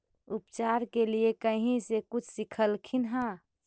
उपचार के लीये कहीं से कुछ सिखलखिन हा?